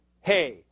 hey